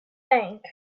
bank